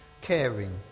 caring